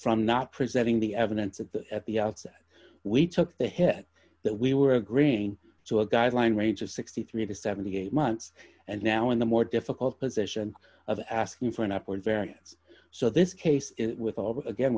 from not presenting the evidence at the at the outset we took the head that we were agreeing to a guideline range of sixty three to seventy eight months and now in the more difficult position of asking for an up or variance so this case with a